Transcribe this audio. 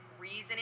reasoning